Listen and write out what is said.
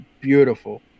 beautiful